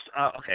okay